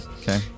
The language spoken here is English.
Okay